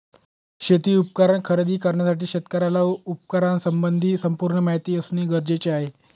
शेती उपकरण खरेदी करण्यासाठी शेतकऱ्याला उपकरणासंबंधी संपूर्ण माहिती असणे गरजेचे आहे